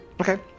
Okay